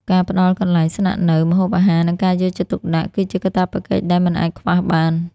ការផ្ដល់កន្លែងស្នាក់នៅ ម្ហូបអាហារ និងការយកចិត្តទុកដាក់ គឺជាកាតព្វកិច្ចដែលមិនអាចខ្វះបាន។